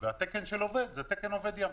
והתקן של עובד, זה תקן עובד ים.